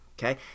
Okay